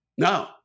No